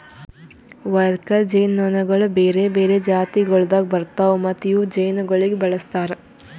worker ಜೇನುನೊಣಗೊಳ್ ಬೇರೆ ಬೇರೆ ಜಾತಿಗೊಳ್ದಾಗ್ ಬರ್ತಾವ್ ಮತ್ತ ಇವು ಜೇನುಗೊಳಿಗ್ ಬಳಸ್ತಾರ್